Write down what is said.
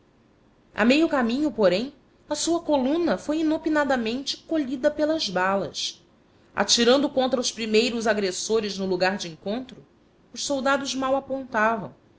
a meio caminho porém a sua coluna foi inopinadamente colhida pelas balas atirando contra os primeiros agressores no lugar do encontro os soldados mal apontavam